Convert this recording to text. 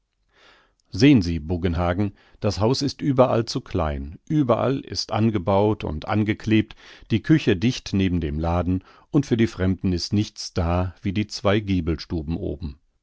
sehen sie buggenhagen das haus ist überall zu klein überall ist angebaut und angeklebt die küche dicht neben dem laden und für die fremden ist nichts da wie die zwei giebelstuben oben